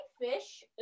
Fish